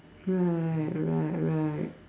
right right right